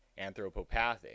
anthropopathic